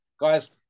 Guys